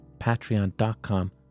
patreon.com